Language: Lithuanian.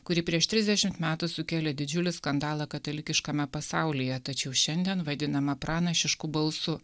kuri prieš trisdešimt metų sukelė didžiulį skandalą katalikiškame pasaulyje tačiau šiandien vadinama pranašišku balsu